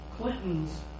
Clinton's